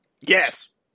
Yes